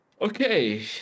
okay